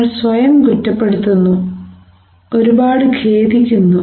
നിങ്ങൾ സ്വയം കുറ്റപ്പെടുത്തുന്നു ഒരുപാട് ഖേദിക്കുന്നു